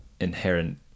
inherent